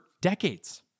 decades